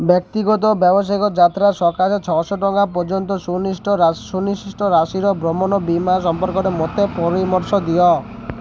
ବ୍ୟକ୍ତିଗତ ଓ ବ୍ୟାବସାୟିକ ଯାତ୍ରା ସକାଶେ ଛଅଶହ ଟଙ୍କା ପର୍ଯ୍ୟନ୍ତ ସୁନିଶ୍ଚିତ ରାଶିର ଭ୍ରମଣ ବୀମା ସମ୍ପର୍କରେ ମୋତେ ପରାମର୍ଶ ଦିଅ